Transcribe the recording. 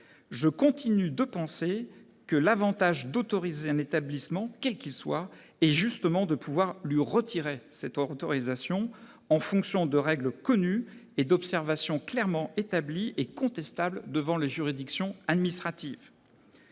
Je continue de penser que l'avantage d'autoriser un établissement, quel qu'il soit, est justement de pouvoir lui retirer cette autorisation en fonction de règles connues et d'observations clairement établies et contestables devant les juridictions administratives.